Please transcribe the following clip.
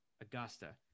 Augusta